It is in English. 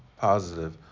positive